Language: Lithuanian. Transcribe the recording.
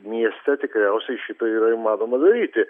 mieste tikriausiai šitai yra įmanoma daryti